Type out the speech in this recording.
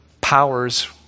powers